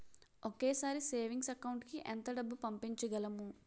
ఒకేసారి savings account కి ఎంత డబ్బు పంపించగలము?